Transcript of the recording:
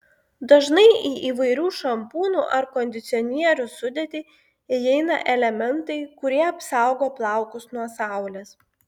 dažnai į įvairių šampūnų ar kondicionierių sudėtį įeina elementai kurie apsaugo plaukus nuo saulės